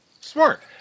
smart